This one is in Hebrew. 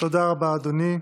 תודה רבה, אדוני.